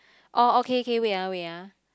oh okay okay wait ah wait ah